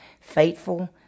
Faithful